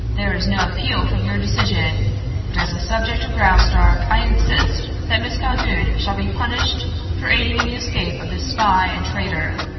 there is no appeal from your decision but as a subject of graustark i insist that miss calhoun shall be punished for aiding in the escape of this spy and traitor.